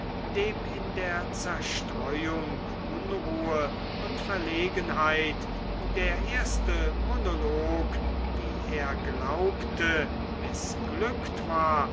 dem in der zerstreuung unruhe und verlegenheit der erste monolog wie er glaubte mißglückt war